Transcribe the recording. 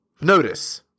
Notice